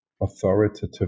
authoritative